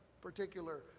particular